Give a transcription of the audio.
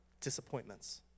disappointments